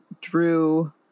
drew